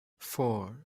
four